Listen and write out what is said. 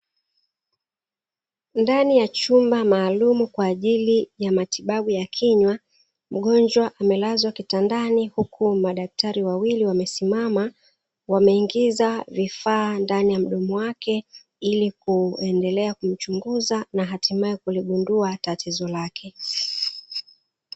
Ndani ya chumba maalum kwa ajili ya matibabu ya kinywa mgonjwa, amelazwa kitandani huku madaktari wawili wamesimama wameingiza vifaa ndani ya mdomo wake ili kuendelea kumchunguza na hatimaye kuligundua tatizo lake.